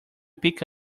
pick